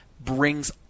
brings